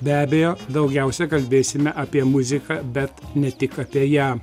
be abejo daugiausia kalbėsime apie muziką bet ne tik apie ją